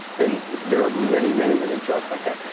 and yeah there are many, many many jobs like ah